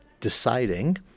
deciding